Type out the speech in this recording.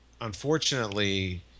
unfortunately